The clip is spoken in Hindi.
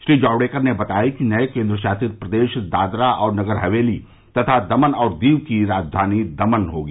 श्री जावड़ेकर ने बताया कि नए केंद्रशासित प्रदेश दादरा और नगर हवेली तथा दमन और दीव की राजधानी दमन होगी